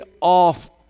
off